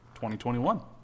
2021